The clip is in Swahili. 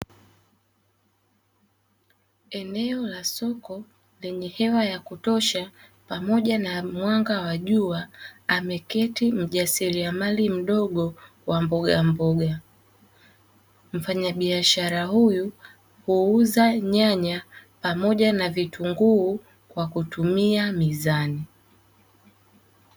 Eneo la soko lenye hewa ya kutosha pamoja na mwanga wa jua, ameketi mjasiriamali mdogo wa mbogamboga, mfanyabiashara huyu uuza nyanya, pamoja na vitunguu kwa kutumia mizani.